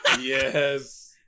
Yes